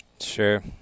Sure